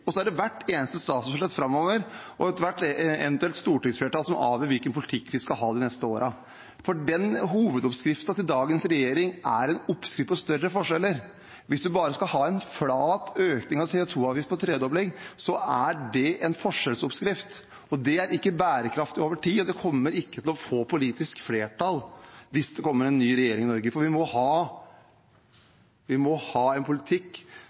og så er det hvert eneste statsbudsjett framover og ethvert eventuelt stortingsflertall som avgjør hvilken politikk vi skal ha de neste årene. Hovedoppskriften til dagens regjering er en oppskrift på større forskjeller. Hvis man bare skal ha en flat økning av CO 2 -avgiften med en tredobling, er det en forskjellsoppskrift. Det er ikke bærekraftig over tid, og det kommer ikke til å få politisk flertall hvis det kommer en ny regjering i Norge, for vi må ha